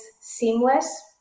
seamless